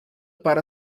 para